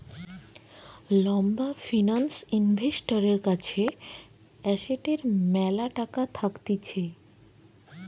লম্বা ফিন্যান্স ইনভেস্টরের কাছে এসেটের ম্যালা টাকা থাকতিছে